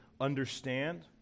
Understand